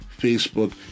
Facebook